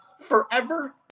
forever